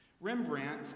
Rembrandt